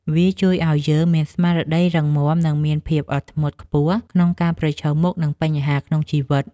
វាជួយឱ្យយើងមានស្មារតីរឹងប៉ឹង និងមានភាពអត់ធ្មត់ខ្ពស់ក្នុងការប្រឈមមុខនឹងបញ្ហាក្នុងជីវិត។